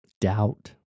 doubt